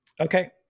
Okay